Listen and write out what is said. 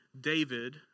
David